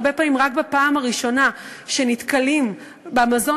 והרבה פעמים רק בפעם הראשונה שהם אוכלים מזון